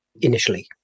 initially